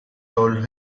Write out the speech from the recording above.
told